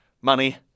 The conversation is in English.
money